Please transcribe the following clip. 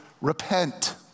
repent